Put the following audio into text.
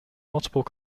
multiple